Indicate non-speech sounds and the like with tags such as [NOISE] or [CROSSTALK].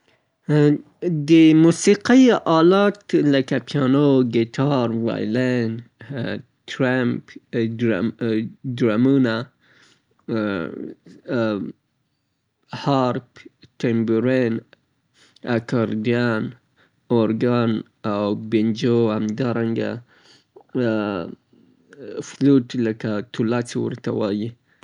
د موسیقۍ د وسایلو نومونه لکه پیانو، ګیتار، وایلن، ډول یا دمبوره، [HESITATION] ټرمپیټ همدا رنګه توله، سکسافون، کرلینید، سیلو، ټرمبون، هارپ، اکاردین، بینجو، ټمبورین او همدارنګه ماریمبه.